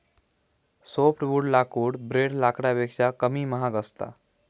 softwood लाकूड ब्रेड लाकडापेक्षा कमी महाग असता